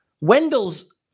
Wendell's